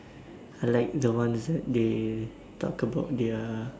I like the ones that they talk about their